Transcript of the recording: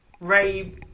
Ray